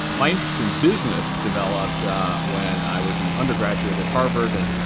my interest in business developed when i was an undergraduate at harvard and